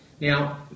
Now